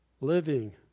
living